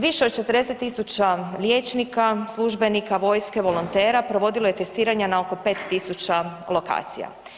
Više od 40 000 liječnika, službenika, vojske, volontera, provodilo je testiranje na oko 5000 lokacija.